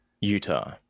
utah